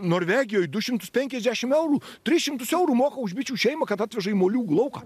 norvegijoj du šimtus penkiasdešim eurų tris šimtus eurų moka už bičių šeimą kad atveža į moliūgų lauką